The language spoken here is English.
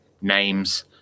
names